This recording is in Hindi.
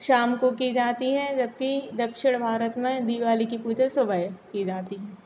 शाम को की जाती है जबकि दक्षिण भारत में दीवाली की पूजा सुबह की जाती हैं